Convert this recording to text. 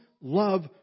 love